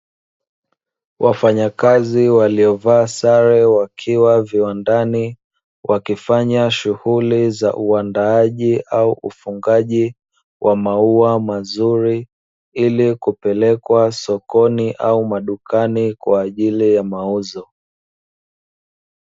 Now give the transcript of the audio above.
Wafanyakazi waliovaa sare wakiwa viwandani, wakifanya shughuli za uandaaji au ufungaji wa maua mazuri ili kupelekwa sokoni au madukani kwa ajili ya mauzo.